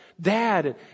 Dad